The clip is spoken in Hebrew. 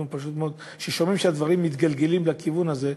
כששומעים שהדברים מתגלגלים לכיוון הזה,